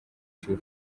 cy’u